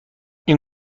این